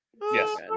Yes